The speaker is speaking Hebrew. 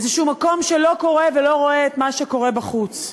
איזשהו מקום שלא קורא ולא רואה את מה שקורה בחוץ.